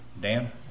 Dan